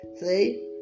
See